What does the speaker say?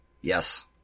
Yes